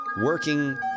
Working